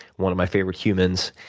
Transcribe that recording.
one of my favorite humans.